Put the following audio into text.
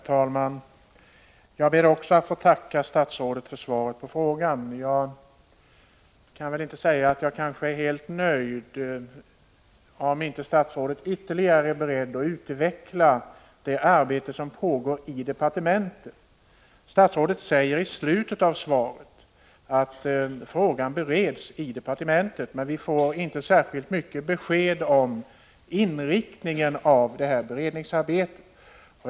Herr talman! Även jag ber att få tacka statsrådet för svaret. Jag kan nog inte säga att jag är helt nöjd — om nu inte statsrådet är beredd att ytterligare utveckla resonemanget om det arbete som pågår i departementet. Statsrådet säger i slutet av svaret att frågan bereds i departementet. Men vi får inte särskilt mycket besked om inriktningen av beredningsarbetet.